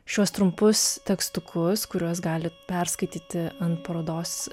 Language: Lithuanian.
šiuos trumpus tekstukus kuriuos galit perskaityti ant parodos